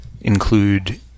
include